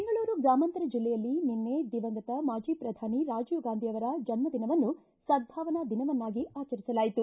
ಬೆಂಗಳೂರು ಗ್ರಾಮಾಂತರ ಜಲ್ಲೆಯಲ್ಲಿ ನಿನ್ನೆ ದಿವಂಗತ ಮಾಜಿ ಪ್ರಧಾನಿ ರಾಜೀವ್ ಗಾಂಧಿ ಅವರ ಜನ್ಮ ದಿನವನ್ನು ಸದ್ದಾವನಾ ದಿನವನ್ನಾಗಿ ಆಚರಿಸಲಾಯಿತು